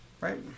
Right